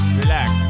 relax